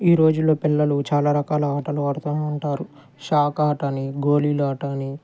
ఈ రోజుల్లో పిల్లలు చాలా రకాలు ఆటలు ఆడుతా ఉంటారు షాక్ ఆట అని గోళీలాట అని